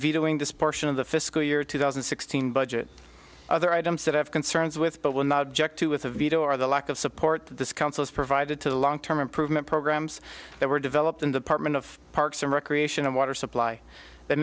vetoing this portion of the fiscal year two thousand and sixteen budget other items that have concerns with but will not object to with a veto or the lack of support that this council is provided to the long term improvement programs that were developed in department of parks and recreation and water supply th